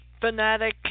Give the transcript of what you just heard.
fanatic